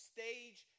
stage